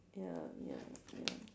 ya ya ya